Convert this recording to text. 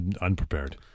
Unprepared